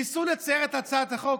ניסו לצייר את הצעת החוק,